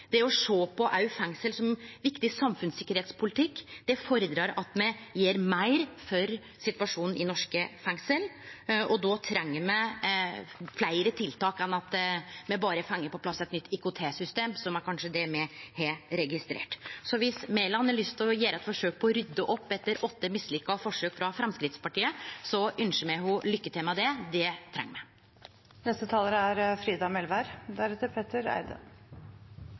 Det å sjå på fengsel òg som viktig samfunnssikkerheitspolitikk fordrar at me gjer meir for situasjonen i norske fengsel, og då treng me fleire tiltak enn at me berre har fått på plass eit nytt IKT-system, som kanskje er det me har registrert. Så viss Mæland har lyst til å gjere eit forsøk på å rydde opp etter åtte mislykka forsøk frå Framstegspartiet – det treng me – ynskjer me ho lykke til med det. Etter å ha besøkt mange av fengsla i landet vårt er